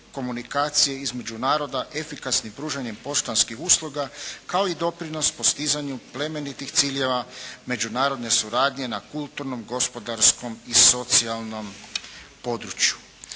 između naroda efikasnim pružanjem poštanskih usluga kao i doprinos postizanju plemenitih ciljeva međunarodne suradnje na kulturnom, gospodarskom i socijalnom području.